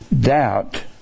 Doubt